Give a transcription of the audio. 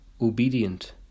obedient